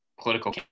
political